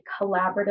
collaborative